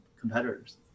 competitors